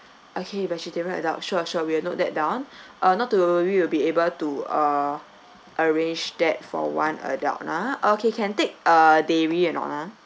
okay vegetarian adult sure sure we'll note that down uh not to worry will be able to uh arrange that for one adult lah ah okay can take uh dairy or not ah